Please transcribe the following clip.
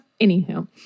Anywho